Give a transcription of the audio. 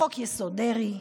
חוק-יסוד: דרעי.